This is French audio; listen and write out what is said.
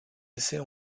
essais